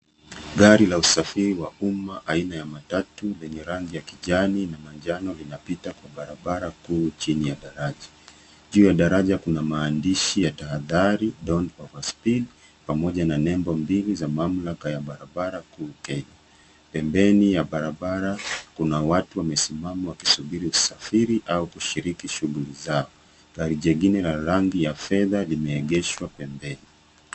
Gari la usafiri wa umma aina ya matatu, lenye rangi ya kijani na manjano, linapita kwa barabara kuu chini ya daraja. Juu ya daraja kuna maandishi ya tahadhari don't overspeed , pamoja na nembo mbili za mamlaka ya barabara kuu Kenya. Pembeni ya barabara, kuna watu wamesimama wakisubiri usafiri au kushiriki shughuli zao. Gari jingini la rangi ya fedha limeegeshwa pembeni.